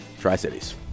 Tri-Cities